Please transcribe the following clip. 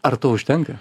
ar to užtenka